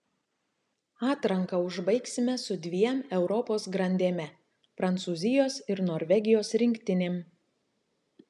atranką užbaigsime su dviem europos grandėme prancūzijos ir norvegijos rinktinėm